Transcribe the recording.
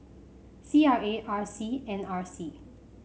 C R A R C and R C